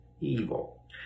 evil